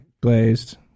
glazed